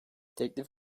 teklif